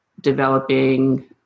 developing